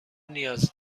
نیاز